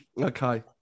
okay